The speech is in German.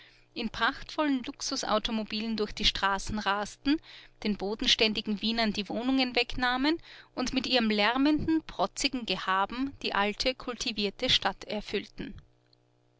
in prachtvollen luxusautomobilen durch die straßen rasten den bodenständigen wienern die wohnungen wegnahmen und mit ihrem lärmenden protzigen gehaben die alte kultivierte stadt erfüllten